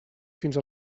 fins